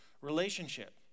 relationship